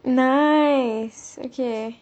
nice okay